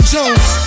Jones